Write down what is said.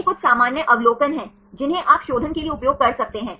ये कुछ सामान्य अवलोकन हैं जिन्हें आप शोधन के लिए उपयोग कर सकते हैं